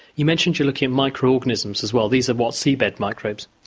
you mentioned you're looking at micro-organisms as well. these are, what, seabed microbes?